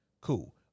Cool